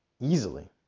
Easily